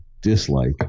dislike